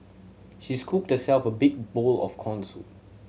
she scooped herself a big bowl of corn soup